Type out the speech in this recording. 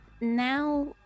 now